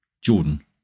Jordan